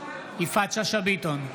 שאשא ביטון,